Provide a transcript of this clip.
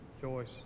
Joyce